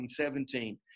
2017